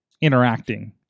interacting